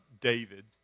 David